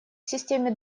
системе